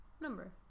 number